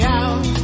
out